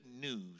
news